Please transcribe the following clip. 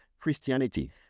Christianity